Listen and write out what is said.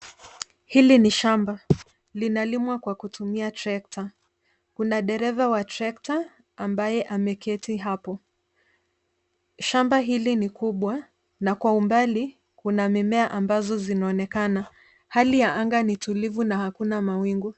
Hili ni shamba. Linalimwa kwa kutumia trekta. Kuna dereva wa trekta ambaye ameketi hapo. Shamba hili ni kubwa na kwa umbali kuna mimea ambazo zinaonekana. Hali ya anga ni tulivu na hakuna mawingu.